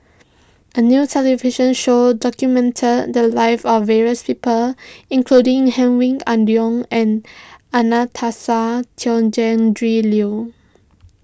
a new television show documented the lives of various people including Hedwig Anuar and Anastasia Liew